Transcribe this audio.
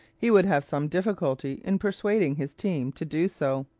he would have some difficulty in persuading his team to do so.